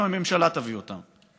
אם הממשלה תביא אותם.